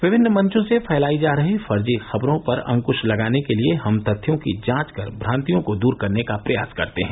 विभिन्न मंचों से फैलाई जा रहीं फर्जी खबरों पर अंकुश लगाने के लिए हम तथ्यों की जांच कर भ्रान्तियों को दूर करने का प्रयास करते हैं